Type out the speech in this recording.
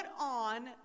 on